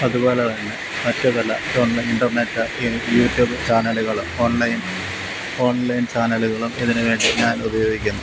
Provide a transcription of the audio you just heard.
അതുപോലെത്തന്നെ മറ്റ് പല ഗവണ്മെൻ ഇന്റെര്നേറ്റ് യൂട്യൂബ് ചാനല്കൾ ഓണ്ലൈന് ഓണ്ലൈന് ചാനല്കകളും ഇതിന് വേണ്ടി ഞാന് ഉപയോഗിക്കുന്നു